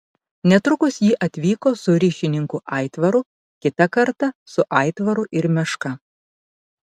netrukus ji atvyko su ryšininku aitvaru kitą kartą su aitvaru ir meška